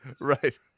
right